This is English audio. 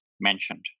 mentioned